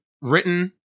written